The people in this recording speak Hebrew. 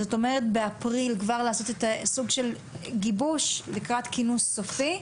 אז זאת אומרת באפריל כבר לעשות סוג של גיבוש לקראת כינוס סופי,